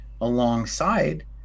alongside